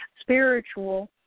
spiritual